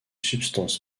substances